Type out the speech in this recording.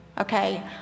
Okay